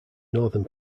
northern